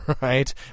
right